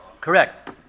Correct